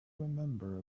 remember